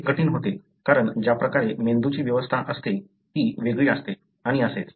हे कठीण होते कारण ज्या प्रकारे मेंदुची व्यवस्था असते ती वेगळी असते आणि असेच